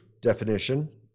definition